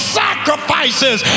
sacrifices